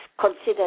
considered